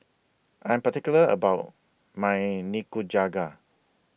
I Am particular about My Nikujaga